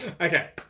Okay